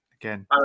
again